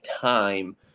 time